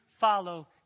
follow